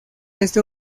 este